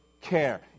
care